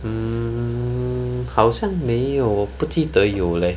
mm 好像没有我不记得有 leh